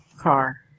car